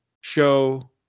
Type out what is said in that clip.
show